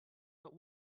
but